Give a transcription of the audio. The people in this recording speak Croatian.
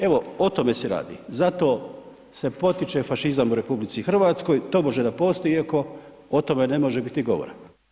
Evo o tome se radi, zato se potiče fašizam u RH tobože da postoji, iako o tome ne može biti govora.